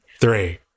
Three